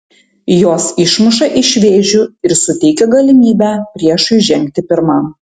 jos išmuša iš vėžių ir suteikia galimybę priešui žengti pirmam